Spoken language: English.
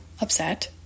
upset